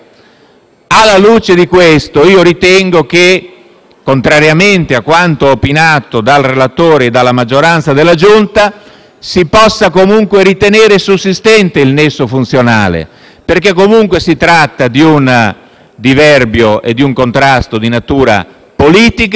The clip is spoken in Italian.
Alla luce di questo, ritengo che, contrariamente a quanto opinato dal relatore e dalla maggioranza della Giunta, si possa comunque ritenere sussistente il nesso funzionale, perché comunque si tratta di un diverbio e di un contrasto di natura politica,